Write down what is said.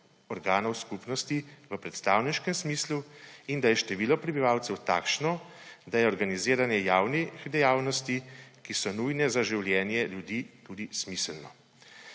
organov skupnosti v predstavniškem smislu in da je število prebivalcev takšno, da je organiziranje javnih dejavnosti, ki so nujne za življenje ljudi, tudi smiselno.